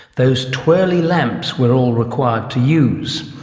those twirly lamps we are all required to use?